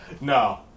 No